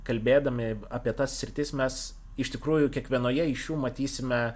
kalbėdami apie tas sritis mes iš tikrųjų kiekvienoje iš jų matysime